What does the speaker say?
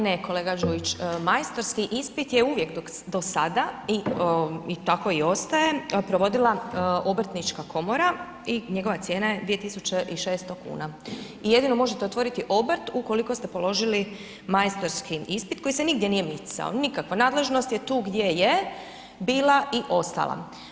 A ne, ne, kolega Đujić, majstorski ispit je uvijek do sada i tako ostaje, provodila obrtnička komora i njegova cijena je 2600 kuna i jedino možete otvoriti obrt ukoliko ste položili majstorski ispit koji se nigdje nije misao, nikako, nadležnost je tu gdje je, bila i ostala.